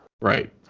right